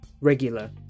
regular